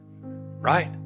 Right